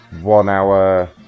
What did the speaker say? one-hour